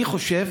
אני חושב